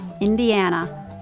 Indiana